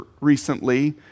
recently